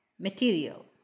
material